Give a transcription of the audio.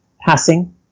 passing